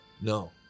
No